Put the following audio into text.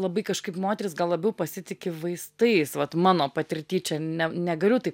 labai kažkaip moterys gal labiau pasitiki vaistais vat mano patirtį čia ne negaliu taip